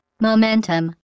Momentum